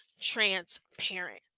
transparent